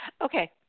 Okay